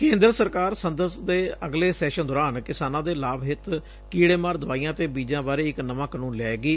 ਕੇਂਦਰ ਸਰਕਾਰ ਸੰਸਦ ਦੇ ਅਗਲੇ ਸੈਸ਼ਨ ਦੌਰਾਨ ਕਿਸਾਨਾਂ ਦੇ ਲਾਭ ਹਿੱਤ ਕੀੜੇਮਾਰ ਦਵਾਈਆਂ ਅਤੇ ਬੀਜਾਂ ਬਾਰੇ ਇਕ ਨਵਾਂ ਕਾਨੂੰਨ ਲਿਆਏਗੀ